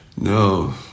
No